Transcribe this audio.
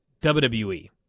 WWE